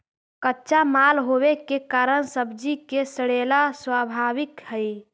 कच्चा माल होवे के कारण सब्जि के सड़ेला स्वाभाविक हइ